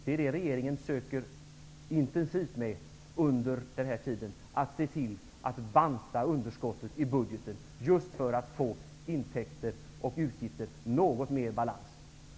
Det är det som regeringen intensivt försöker med, dvs. att banta underskottet i budgeten för att få intäkter och utgifter något mer i balans.